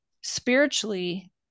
spiritually